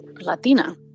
Latina